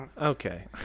Okay